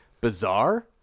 bizarre